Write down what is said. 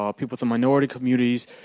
ah people with the minority communities,